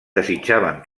desitjaven